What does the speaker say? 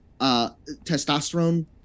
testosterone